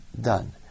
done